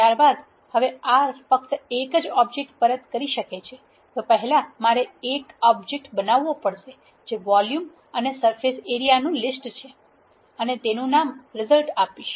ત્યારબાદ હવે R ફક્ત એક જ ઓબ્જેક્ટ પરત કરી શકે છે તો પહેલા મારે એક ઓબ્જેક્ટ બનવવો પડશે જે વોલ્યુમ અને સરફેસ એરીયા નું લિસ્ટ છે અને તેનુ નામ રિઝલ્ટ આપીશ